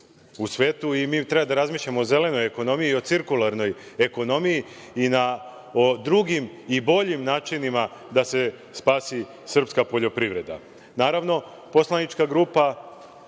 u svetu. Treba da razmišljamo o zelenoj ekonomiji i o cirkularnoj ekonomiji i na drugim i boljim načinima da se spasi srpska poljoprivreda. Naravno, poslanička grupa